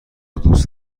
دوست